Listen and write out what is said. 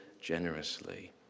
generously